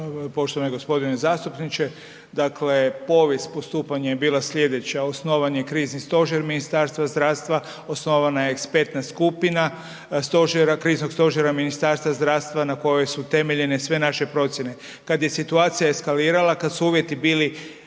Poštovani gospodine zastupniče. Dakle, povijest postupanja je bila sljedeća, osnovan je Križni stožer Ministarstva zdravstva, osnovana je ekspertna skupina Kriznog stožera Ministarstva zdravstva na kojem su temeljene sve naše procjene. Kada je situacija eskalirala, kada su uvjeti bili